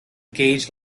gauge